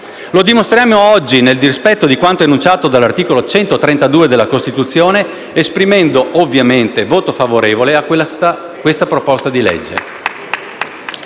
Lo dimostriamo oggi, nel rispetto di quanto enunciato dall'articolo 132 della Costituzione, esprimendo, ovviamente, voto favorevole al disegno di legge